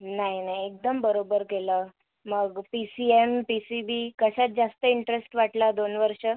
नाही नाही एकदम बरोबर केलं मग P C M P C B कशात जास्त इंटरेस्ट वाटला दोन वर्ष